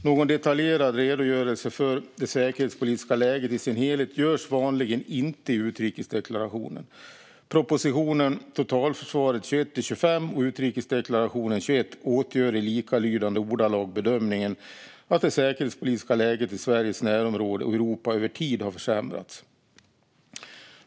Någon detaljerad redogörelse för det säkerhetspolitiska läget i sin helhet görs vanligen inte i utrikesdeklarationen. Propositionen Totalförsvaret 2021 - 2025 och utrikesdeklarationen 2021 återger i likalydande ordalag bedömningen att det säkerhetspolitiska läget i Sveriges närområde och Europa över tid har försämrats.